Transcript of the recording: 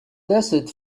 desert